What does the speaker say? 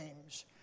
names